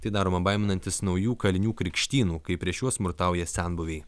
tai daroma baiminantis naujų kalinių krikštynų kai prieš juos smurtauja senbuviai